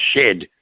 shed